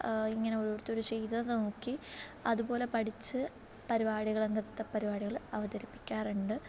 ഇങ്ങനെ ഓരോരുത്തർ ചെയ്തത് നോക്കി അതുപോലെ പഠിച്ച് പരിപാടികൾ നൃത്ത പരിപാടികൾ അവതരിപ്പിക്കാറുണ്ട്